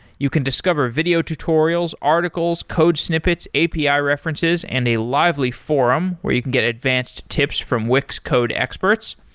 you can discover video tutorials, articles, code snippets, api ah references and a lively forum where you can get advanced tips from wix code experts.